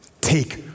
Take